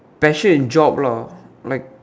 passion and job lah like